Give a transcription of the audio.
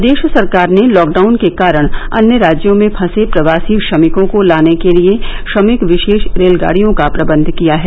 प्रदेश सरकार ने लॉकडाउन के कारण अन्य राज्यों में फंसे प्रवासी श्रमिकों को लाने के लिए श्रमिक विशेष रेलगाडियों का प्रबन्ध किया है